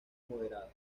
moderada